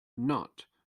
not